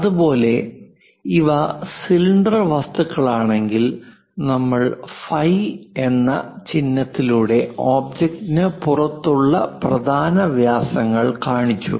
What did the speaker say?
അതുപോലെ ഇവ സിലിണ്ടർ വസ്തുക്കളാണെങ്കിൽ നമ്മൾ ഫൈ എന്ന ചിഹ്നത്തിലൂടെ ഒബ്ജക്റ്റിന് പുറത്തുള്ള പ്രധാന വ്യാസങ്ങൾ കാണിച്ചു